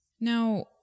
Now